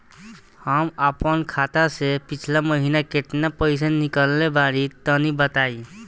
हम आपन खाता से पिछला महीना केतना पईसा निकलने बानि तनि बताईं?